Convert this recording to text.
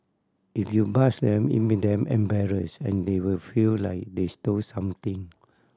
if you buzz them it make them embarrassed and they will feel like they stole something